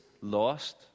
lost